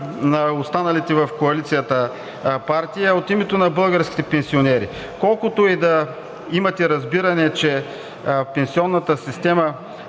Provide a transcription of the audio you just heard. на останалите в Коалицията партии, а от името на българските пенсионери. Колкото и да имате разбиране, че пенсионната система,